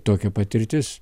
tokia patirtis